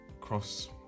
cross